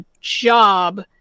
job